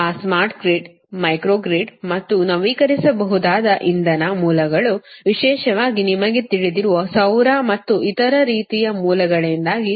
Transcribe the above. ಆ smart grid micro grid ಮತ್ತು ನವೀಕರಿಸಬಹುದಾದ ಇಂಧನ ಮೂಲಗಳು ವಿಶೇಷವಾಗಿ ನಿಮಗೆ ತಿಳಿದಿರುವ ಸೌರ ಮತ್ತು ಇತರ ರೀತಿಯ ಮೂಲಗಳಿಂದಾಗಿ